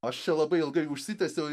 aš čia labai ilgai užsitęsiau